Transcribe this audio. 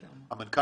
המנכ"ל,